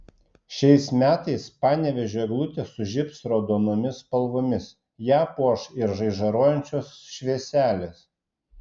šiais metais panevėžio eglutė sužibs raudonomis spalvomis ją puoš ir žaižaruojančios švieselės